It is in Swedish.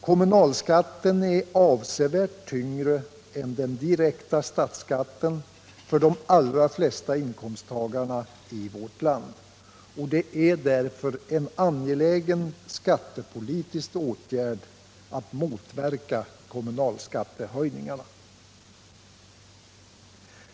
Kommunalskatten är avsevärt tyngre än den direkta statsskatten för de allra flesta inkomsttagarna i vårt land. Det är därför en angelägen skattepolitisk åtgärd att motverka kommunalskattehöjningarna.